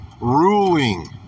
ruling